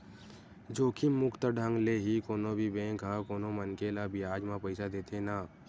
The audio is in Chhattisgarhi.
जोखिम मुक्त ढंग ले ही कोनो भी बेंक ह कोनो मनखे ल बियाज म पइसा देथे न